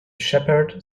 shepherd